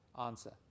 answer